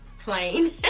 plain